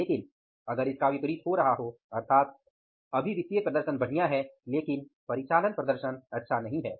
लेकिन अगर इसका विपरीत हो रहा हो अर्थात अभी वित्तीय प्रदर्शन बढ़िया है लेकिन परिचालन प्रदर्शन अच्छा नहीं है